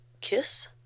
Kiss